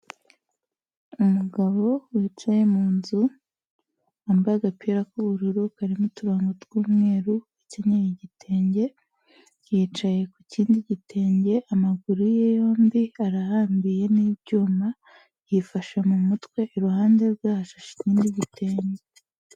Umugabo wicaye mu nzu, wambaye agapira k'ubururu karimo uturongo tw'umweru, ukenyeye igitenge, yicaye ku kindi gitenge, amaguru ye yombi arahambiye n'ibyuma, yifashe mu mutwe iruhande rwe hashashe ikindi gitenge.